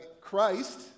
Christ